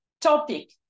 topic